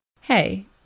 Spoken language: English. Hey